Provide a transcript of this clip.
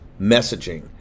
messaging